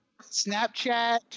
Snapchat